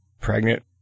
pregnant